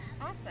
Awesome